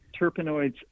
terpenoids